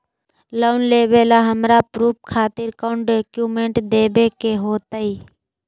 Loan लेबे ला हमरा प्रूफ खातिर कौन डॉक्यूमेंट देखबे के होतई?